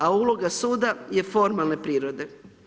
A uloga suda je formalne prirode.